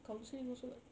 counselling also got